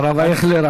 הרב אייכלר,